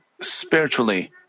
spiritually